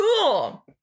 Cool